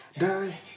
die